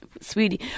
Sweetie